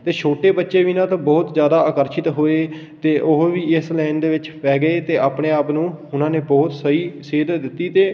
ਅਤੇ ਛੋਟੇ ਬੱਚੇ ਵੀ ਇਨ੍ਹਾਂ ਤੋਂ ਬਹੁਤ ਜ਼ਿਆਦਾ ਆਕਰਸ਼ਿਤ ਹੋਏ ਅਤੇ ਉਹ ਵੀ ਇਸ ਲਾਈਨ ਦੇ ਵਿੱਚ ਪੈ ਗਏ ਅਤੇ ਆਪਣੇ ਆਪ ਨੂੰ ਉਹਨਾਂ ਨੇ ਬਹੁਤ ਸਹੀ ਸੇਧ ਦਿੱਤੀ ਅਤੇ